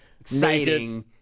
exciting